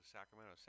Sacramento